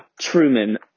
Truman